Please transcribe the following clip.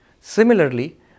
Similarly